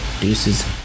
deuces